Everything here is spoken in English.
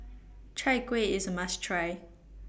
Chai Kuih IS A must Try